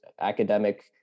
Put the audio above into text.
academic